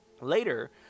Later